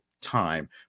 time